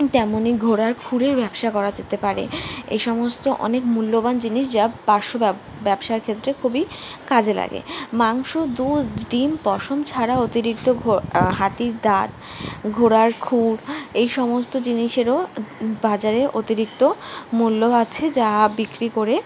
তেমনই ঘোড়ার ক্ষুরের ব্যবসা করা যেতে পারে এসমস্ত অনেক মূল্যবান জিনিস যা পার্শ্ব ব্যব ব্যবসার ক্ষেত্রে খুবই কাজে লাগে মাংস দুধ ডিম পশম ছাড়াও অতিরিক্ত ঘো হাতির দাঁত ঘোড়ার ক্ষুর এই সমস্ত জিনিসেরও বাজারে অতিরিক্ত মূল্য আছে যা বিক্রি করে